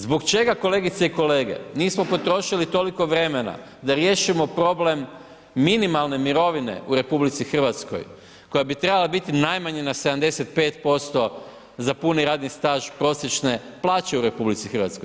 Zbog čega kolegice i kolege nismo potrošili toliko vremena da riješimo problem minimalne mirovine u RH koja bi trebala biti najmanje na 75% za puni radni staž prosječne plaće u RH.